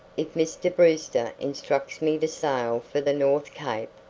if mr. brewster instructs me to sail for the north cape,